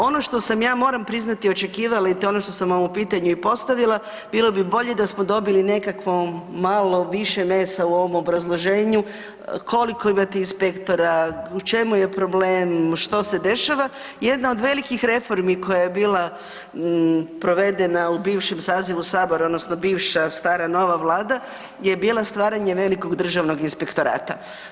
Ono što sam ja moram priznati očekivala i to je ono što sam vam u pitanju i postavila, bilo bi bolje da smo dobili nekako malo više mesa u ovom obrazloženju, koliko imate inspektora, u čemu je problem, što se dešava i jedna od velikih reformi koja bila provedena u bivšem sazivu sabora odnosno bivša stara nova Vlada je bila stvaranje velikog državnog inspektorata.